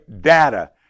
data